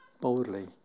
boldly